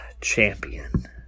champion